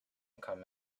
come